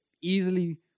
easily